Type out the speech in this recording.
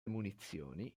munizioni